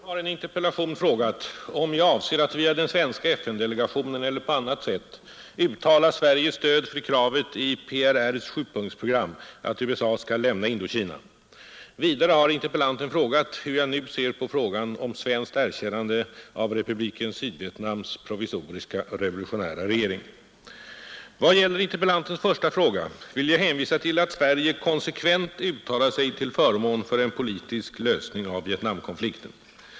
Herr talman! Fru Marklund har i en interpellation frågat, om jag avser att via den svenska FN-delegationen eller på annat sätt uttala Sveriges stöd för kravet i PRR:s sjupunktsprogram att USA skall lämna Indokina. Vidare har interpellanten frågat, hur jag nu ser på frågan om svenskt erkännande av Republiken Sydvietnams provisoriska revolutionära regering. Vad gäller interpellantens första fråga vill jag hänvisa till att Sverige konsekvent uttalat sig till förmån för en politisk lösning av Vietnamkonflikten.